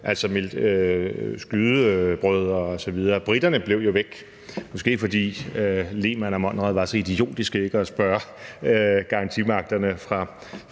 altså skydebrødre osv. Briterne blev jo væk, måske fordi Lehmann og Monrad var så idiotiske ikke at spørge garantimagterne fra